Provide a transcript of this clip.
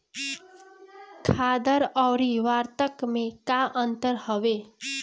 खादर अवरी उर्वरक मैं का अंतर हवे?